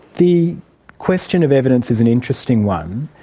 the question of evidence is an interesting one.